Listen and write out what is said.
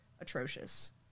atrocious